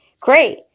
great